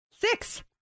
six